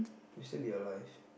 we'll still be alive